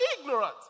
ignorant